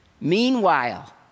Meanwhile